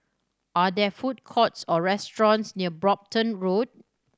are there food courts or restaurants near Brompton Road